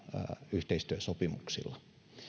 yhteistyösopimuksilla